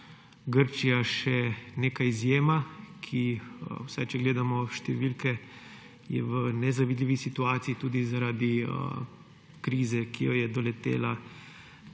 Grčija še neka izjema, ki je, vsaj če gledamo številke, v nezavidljivi situaciji tudi zaradi krize, ki jo je doletela v